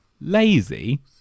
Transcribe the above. lazy